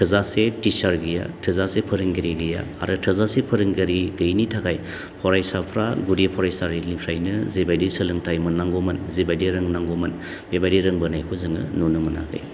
थोजासे टिचार गैया थोजासे फोरोंगिरि गैया आरो थोजासे फोरोंगिरि गैयैनि थाखाय फरायसाफ्रा गुदि फरायसालिनिफ्रायनो जेबायदि सोलोंथाय मोननांगौमोन जेबायदि रोंनांगौमोन बेबायदि रोंबोनायखौ जोङो नुनो मोनाखै